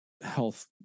health